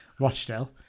Rochdale